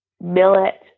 millet